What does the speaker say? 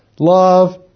love